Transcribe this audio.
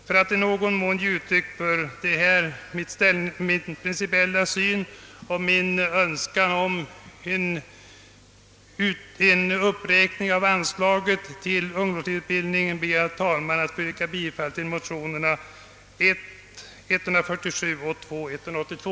För att i någon mån ge uttryck för min principiella syn på frågan och min önskan om en uppräkning av anslaget till ungdomsledarutbildning ber jag, herr talman, att få yrka bifall till motionerna I: 147 och II: 182.